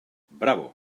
bravo